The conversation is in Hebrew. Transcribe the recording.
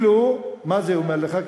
כאילו, מה זה אומר לך?